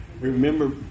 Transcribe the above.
remember